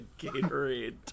Gatorade